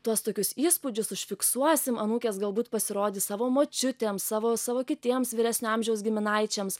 tuos tokius įspūdžius užfiksuosim anūkės galbūt pasirodys savo močiutėms savo savo kitiems vyresnio amžiaus giminaičiams